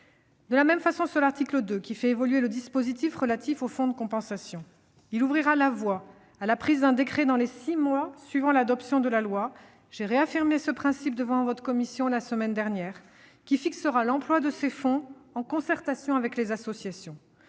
et la portée. L'article 2 contribue à l'évolution du dispositif relatif aux fonds de compensation. Il ouvrira la voie à un décret, pris dans les six mois suivant l'adoption de la loi- j'ai réaffirmé ce principe devant votre commission la semaine dernière -, qui fixera l'emploi de ces fonds, en concertation avec les associations.